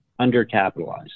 undercapitalized